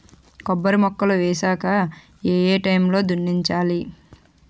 కొబ్బరి మొక్కలు వేసాక ఏ ఏ టైమ్ లో దున్నించాలి?